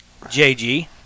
JG